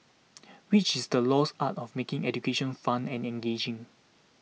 which is the lost art of making education fun and engaging